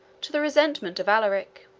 to the resentment of alaric.